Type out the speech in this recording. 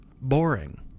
boring